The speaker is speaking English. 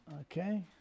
okay